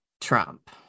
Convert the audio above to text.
Trump